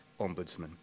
Ombudsman